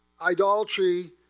Idolatry